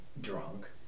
drunk